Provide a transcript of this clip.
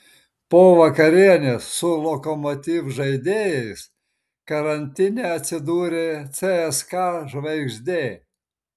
po vakarienės su lokomotiv žaidėjais karantine atsidūrė cska žvaigždė